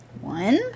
One